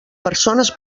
persones